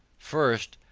first.